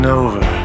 over